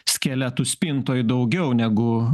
skeletų spintoj daugiau negu